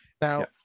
Now